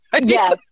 Yes